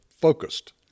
focused